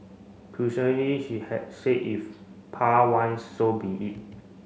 crucially she had said if Pa want so be it